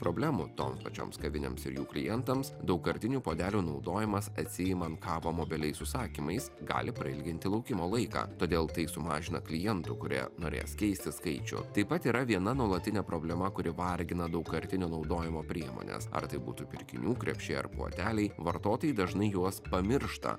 problemų toms pačioms kavinėms ir jų klientams daugkartinių puodelių naudojimas atsiimant kavą mobiliais užsakymais gali prailginti laukimo laiką todėl tai sumažina klientų kurie norės keisti skaičių taip pat yra viena nuolatinė problema kuri vargina daugkartinio naudojimo priemones ar tai būtų pirkinių krepšiai ar puodeliai vartotojai dažnai juos pamiršta